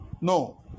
no